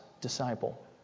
disciple